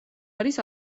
არის